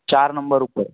ચાર નંબર ઉપર